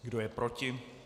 Kdo je proti?